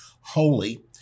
holy